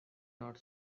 not